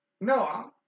No